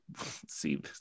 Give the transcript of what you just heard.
see